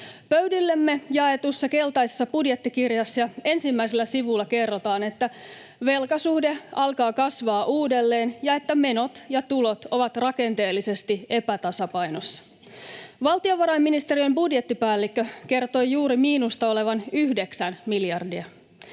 Pöydillemme jaetussa keltaisessa budjettikirjassa jo ensimmäisellä sivulla kerrotaan, että velkasuhde alkaa kasvamaan uudelleen ja että menot ja tulot ovat rakenteellisesti epätasapainossa. Valtiovarainministeriön budjettipäällikkö kertoi juuri miinusta olevan 9 miljardia.